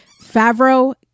Favreau